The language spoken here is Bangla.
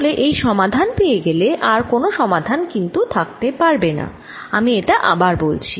তাহলে এই সমাধান পেয়ে গেলে আর কোন সমাধান কিন্তু থাকতে পারবেনা আমি এটা আবার বলছি